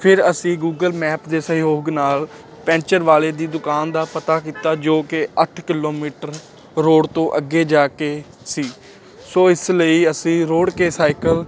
ਫਿਰ ਅਸੀਂ Google map ਦੇ ਸਹਿਯੋਗ ਨਾਲ ਪੈਂਚਰ ਵਾਲੇ ਦੀ ਦੁਕਾਨ ਦਾ ਪਤਾ ਕੀਤਾ ਜੋ ਕਿ ਅੱਠ ਕਿਲੋਮੀਟਰ ਰੋਡ ਤੋਂ ਅੱਗੇ ਜਾ ਕੇ ਸੀ ਸੋ ਇਸ ਲਈ ਅਸੀਂ ਰੋੜ੍ਹ ਕੇ ਸਾਇਕਲ